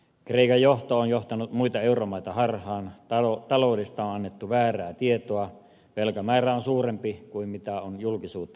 kreikan johto on johtanut muita euromaita harhaan taloudesta on annettu väärää tietoa velkamäärä on suurempi kuin mitä on julkisuuteen annettu tietoa